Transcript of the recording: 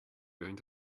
going